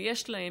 ויש להם,